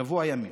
שבוע ימים.